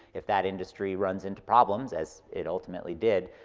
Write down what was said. if that industry runs into problems, as it ultimately did,